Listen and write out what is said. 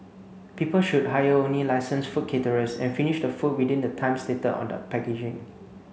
people should hire only licensed food caterers and finish the food within the time stated on the packaging